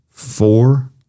four